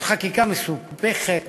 זאת חקיקה מסובכת,